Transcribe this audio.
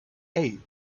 eight